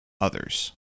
others